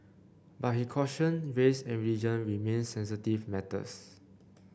but he cautioned race and religion remained sensitive matters